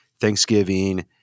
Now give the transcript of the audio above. Thanksgiving